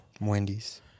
Wendy's